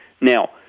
Now